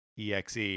exe